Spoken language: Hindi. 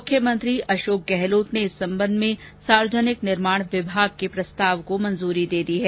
मुख्यमंत्री अशोक गहलोत ने इस सम्बन्ध में सार्वजनिक निर्माण विभाग के प्रस्ताव को मंजूरी दे दी है